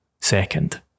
second